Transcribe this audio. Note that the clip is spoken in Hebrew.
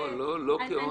לא, לא, לא כעונש.